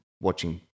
watching